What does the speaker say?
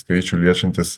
skaičių liečiantis